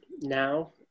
Now